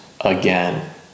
again